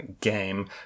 game